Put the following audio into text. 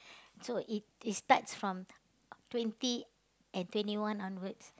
so it it starts from twenty and twenty one onwards